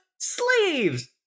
slaves